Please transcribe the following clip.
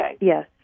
Yes